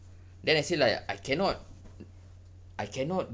then I say like I cannot I cannot